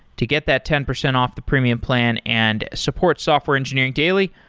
to get that ten percent off the premium plan and support software engineering daily,